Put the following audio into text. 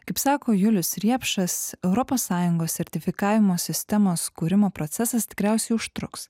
kaip sako julius riepšas europos sąjungos sertifikavimo sistemos kūrimo procesas tikriausiai užtruks